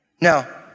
Now